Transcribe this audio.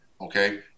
okay